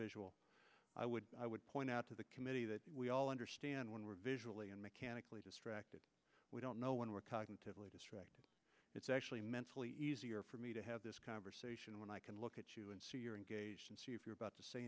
visual i would i would point out to the committee that we all understand when we're visually and mechanically distracted we don't know when we're talking to a distracted it's actually mentally easier for me to have this conversation when i can look at you and so you're engaged and see if you're about to say